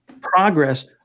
progress